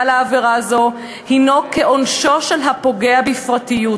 לעבירה זו הוא כעונשו של הפוגע בפרטיות,